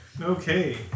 okay